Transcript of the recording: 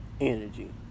energy